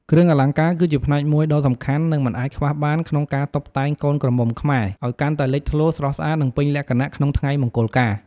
គ្រឿងអលង្ការគឺជាផ្នែកមួយដ៏សំខាន់ និងមិនអាចខ្វះបានក្នុងការតុបតែងកូនក្រមុំខ្មែរ ឲ្យកាន់តែលេចធ្លោ ស្រស់ស្អាត និងពេញលក្ខណៈក្នុងថ្ងៃមង្គលការ។